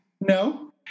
no